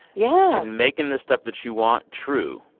yeah. and making the stuff that you want true.